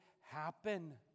happen